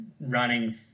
running